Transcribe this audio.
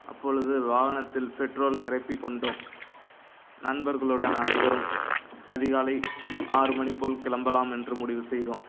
அப்பொழுது வாகனத்தில் பெட்ரோல் நிரப்பிக் கொண்டோம் நண்பர்களுடன் அனைவரும் அதிகாலை ஆறு மணி போல் கிளம்பலாம் என்று முடிவு செய்தோம்